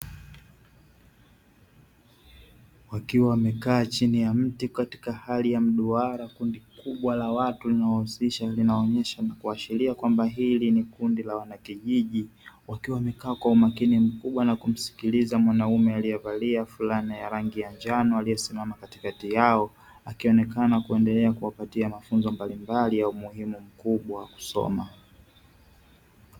Wakiwa wamekaa chini ya mti katika hali ya mduara. Kundi kubwa la watu linawahusisha linaonyesha na kuashiria kwamba hili ni kundi la wanakijiji wakiwa wamekaa kwa umakini mkubwa na kumsikiliza mwanamume aliyevalia fulani ya rangi ya njano, aliyesimama katikati yao akionekana kuendelea kuwapatia mafunzo mbalimbali ya umuhimu mkubwa wa kusoma.